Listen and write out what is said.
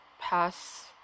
pass